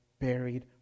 buried